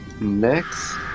Next